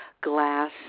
glass